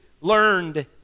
learned